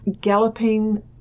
galloping